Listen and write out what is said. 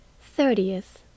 thirtieth